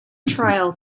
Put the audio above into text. trial